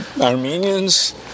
Armenians